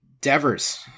Devers